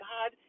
God